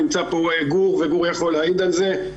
נמצא פה גור, וגור יכול להעיד על זה.